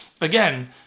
again